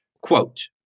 Quote